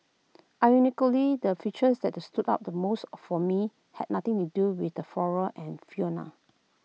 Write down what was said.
ironically the feature that stood out the most for me had nothing to do with the flora and fauna